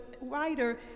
writer